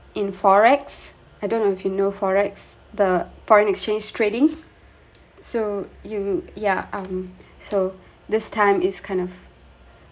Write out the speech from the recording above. in forex I don't know if you know forex the foreign exchange trading so you ya um so this time is kind of